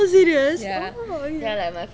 oh serious oh you